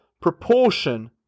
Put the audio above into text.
proportion